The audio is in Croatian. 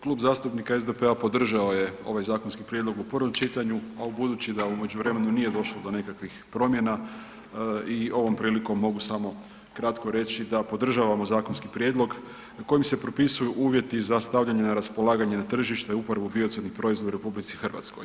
Klub zastupnika SDP-a podržao je ovaj zakonski prijedlog u prvom čitanju, a budući da u međuvremenu nije došlo do nekakvih promjena i ovom prilikom mogu samo kratko reći da podržavamo zakonski prijedlogom kojim se propisuju uvjeti za stavljanje na raspolaganje na tržište uporabu biocidnih proizvoda u RH.